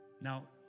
Now